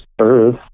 earth